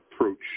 approach